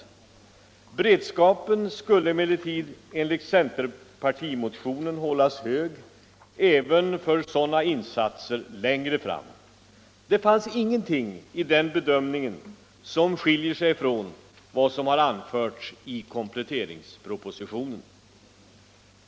Beredskapen skulle emellertid enligt centerpartimotionen hållas hög även för sådana insatser längre fram. Det finns ingenting i den bedömningen som skiljer sig från vad som har anförts i kompletteringspropositionen.